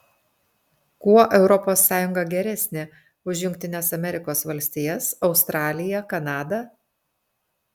kuo europos sąjunga geresnė už jungtines amerikos valstijas australiją kanadą